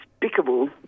despicable